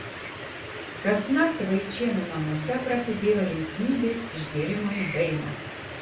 kasnakt vaičėnų namuose prasidėjo linksmybės išgėrimai dainos